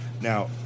Now